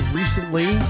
recently